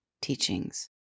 teachings